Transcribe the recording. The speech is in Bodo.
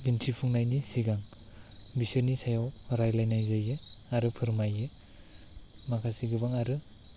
दिन्थिफुंनायनि सिगां बिसोरनि सायाव रायलायनाय जायो आरो फोरमायो माखासे गोबां आरो